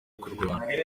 kurwana